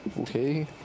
okay